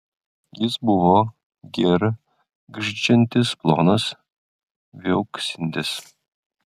jis buvo gergždžiantis plonas viauksintis